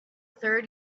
third